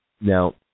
Now